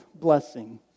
blessing